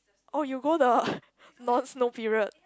oh you go the non snow period